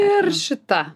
ir šita